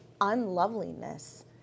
unloveliness